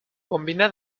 combina